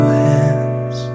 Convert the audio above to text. hands